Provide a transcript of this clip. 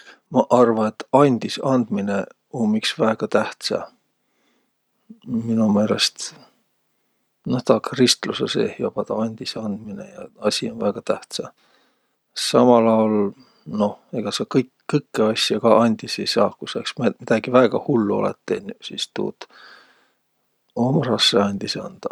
Ma arva, et andisandminõ um iks väega tähtsä. Mino meelest, noh taa kristlusõ seeh joba taa andisandminõ ja asi um väega tähtsä. Samal aol, noh, egaq sa kõik- kõkkõ asja ka andis ei saaq. Ku sa iks midägi väega hullu olõt tennüq, sis tuud oma rassõ andis andaq.